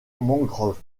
mangrove